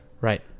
Right